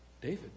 David